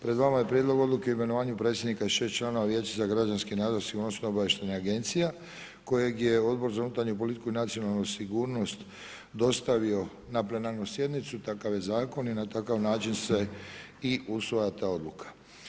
Pred vama je Prijedlog Odluke o imenovanju predsjednika i šest članova vijeća za građanski nadzor sigurnosno-obavještajnih agencija kojeg je Odbor za unutarnju politiku i nacionalnu sigurnost dostavio na plenarnu sjednicu, takav je zakon i na takav način se i usvaja ta Odluka.